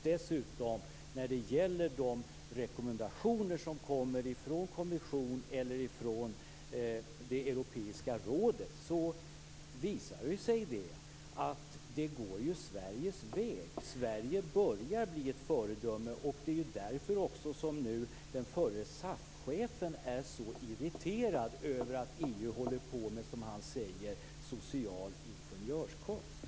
Dessutom visar det sig när det gäller de rekommendationer som kommer från kommissionen eller från Europeiska rådet att det går Sveriges väg. Sverige börjar bli ett föredöme. Det är också därför förre SAF-chefen är så irriterad över att EU håller på med, som han säger, social ingenjörskonst.